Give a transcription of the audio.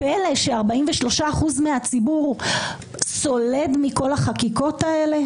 פלא ש-43% מהציבור סולד מכל החקיקות האלה?